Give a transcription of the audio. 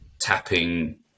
tapping